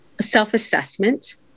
self-assessment